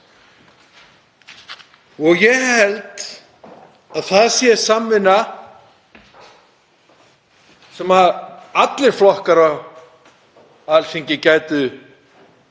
Ég held að það sé samvinna sem allir flokkar á Alþingi gætu